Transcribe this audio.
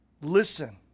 Listen